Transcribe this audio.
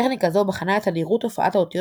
טכניקה זו בחנה את תדירות הופעת האותיות